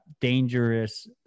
dangerous